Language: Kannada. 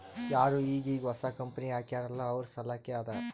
ಯಾರು ಈಗ್ ಈಗ್ ಹೊಸಾ ಕಂಪನಿ ಹಾಕ್ಯಾರ್ ಅಲ್ಲಾ ಅವ್ರ ಸಲ್ಲಾಕೆ ಅದಾ